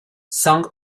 song